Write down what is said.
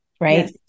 right